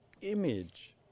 image